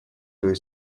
твою